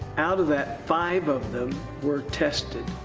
out of that, five of them were tested.